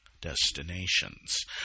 destinations